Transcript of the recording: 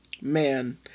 man